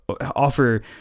offer